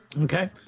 Okay